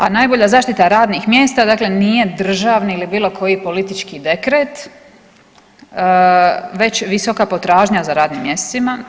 A najbolja zaštita radnih mjesta dakle nije državni ili bilo koji politički dekret već visoka potražnja za radnim mjestima.